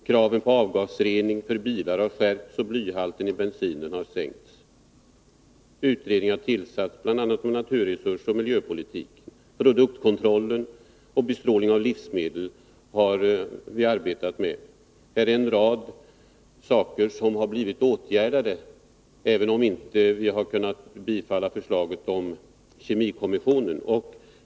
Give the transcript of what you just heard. Kraven på avgasrening för bilar har skärpts, och blyhalten i bensin har sänkts. Utredningar har tillsatts, bl.a. om naturresursoch miljöpolitik. Vi har arbetat med produktkontroll och bestrålning av livsmedel. Det är en rad saker som har blivit åtgärdade, även om vi inte har kunnat bifalla förslaget om kemikommissionen.